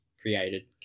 created